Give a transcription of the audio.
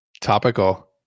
topical